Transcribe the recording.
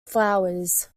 flowers